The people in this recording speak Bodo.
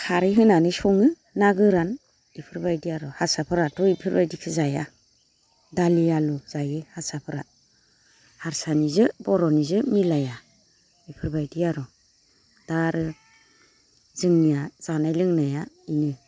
खारै होनानै सङो ना गोरान इफोरबायदि आरो हारसाफोराथ' इफोरबायदिखो जाया दालि आलु जायो हारसाफोरा हारसानिजो बर'निजो मिलाया इफोरबायदि आर' दा आरो जोंनिया जानाय लोंनाया इनो